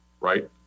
right